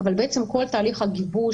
אבל בעצם כל תהליך הגיבוש,